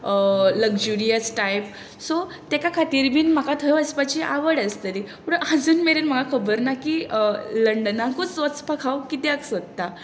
luxurious type सो ताका खातीर बी म्हाका थंय वचपाची आवड आसतली पूण आजून मेरेन म्हाका खबर ना की लंडनाकूच वचपाक हांव कित्याक सोदता